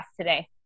today